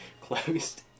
closed